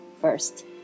first